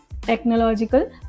technological